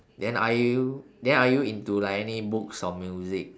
then are you are you into like any books or music